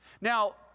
now